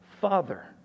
Father